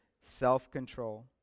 Self-control